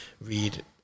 read